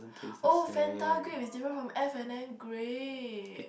oh fanta grape is different from F and N grape